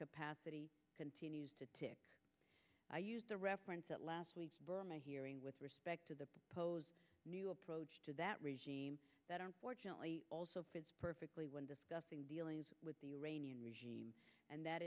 capacity continues to tick i used the reference at last week's burma hearing with respect to the proposed new approach to that regime that unfortunately also fits perfectly when discussing dealings with the iranian regime and that